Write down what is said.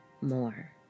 more